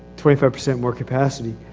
twenty five percent more capacity,